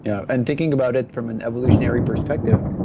yeah and thinking about it from an evolutionary perspective,